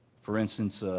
for instance,